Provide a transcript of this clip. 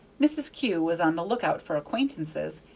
mrs. kew was on the lookout for acquaintances,